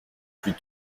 plus